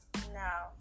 No